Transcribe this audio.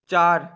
চার